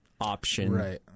option